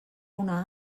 una